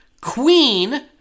queen